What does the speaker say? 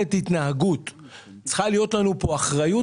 מכוונת התנהגות; צריכה להיות לנו פה אחריות,